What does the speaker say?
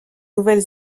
nouvelle